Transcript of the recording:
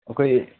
ꯑꯩꯈꯣꯏ